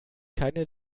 keine